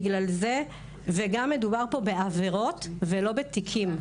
גם מדובר פה בעבירות ולא בתיקים.